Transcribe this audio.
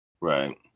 Right